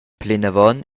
plinavon